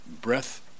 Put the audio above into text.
Breath